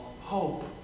hope